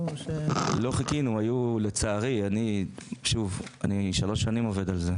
לא חיכינו, אני עובד על זה שלוש שנים.